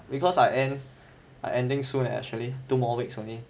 because I end I ending soon eh actually two more weeks only